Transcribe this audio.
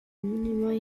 monuments